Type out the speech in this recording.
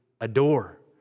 adore